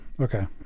Okay